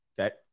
Okay